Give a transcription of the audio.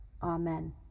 Amen